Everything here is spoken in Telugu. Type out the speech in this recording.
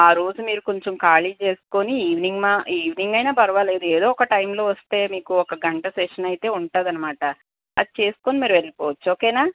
ఆ రోజు మీరు కొంచెం ఖాళీ చేసుకుని ఈవినింగ్ ఈవినింగ్ అయినా పరవాలేదు ఏదో ఒక టైంలో వస్తే మీకు ఒక గంట సెషన్ అయితే ఉంటుంది అన్నమాట అది చేసుకొని మీరు వెళ్ళిపోవచ్చు ఓకేనా